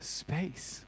space